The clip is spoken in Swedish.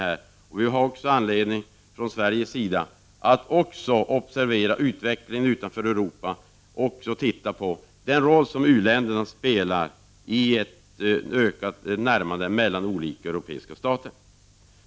Vi i Sverige har också anledning att observera utvecklingen utanför Europa, bl.a. den roll som u-länderna spelar i ett ökat närmande mellan olika europeiska stater.